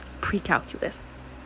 pre-calculus